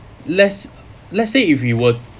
let's let's say if you were